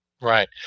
right